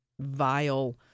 vile